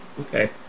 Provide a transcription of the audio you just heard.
Okay